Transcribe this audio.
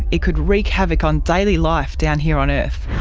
it could wreak havoc on daily life down here on earth.